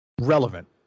relevant